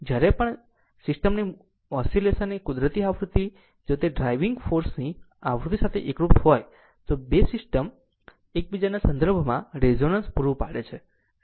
આમ જ્યારે પણ જ્યારે સિસ્ટમની ઓસિલેશન ની કુદરતી આવૃત્તિ જો તે ડ્રાઇવિંગ ફોર્સની આવૃત્તિ સાથે એકરુપ હોય તો 2 સિસ્ટમ એકબીજાના સંદર્ભમાં રેઝોનન્સ પૂરું પાડે છે